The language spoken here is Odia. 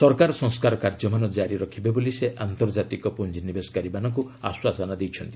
ସରକାର ସଂସ୍କାର କାର୍ଯ୍ୟମାନ ଜାରି ରଖିବେ ବୋଲି ସେ ଆନ୍ତର୍ଜାତିକ ପୁଞ୍ଜିନିବେଶକାରୀମାନଙ୍କୁ ଆଶ୍ୱାସନା ଦେଇଛନ୍ତି